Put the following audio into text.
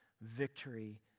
victory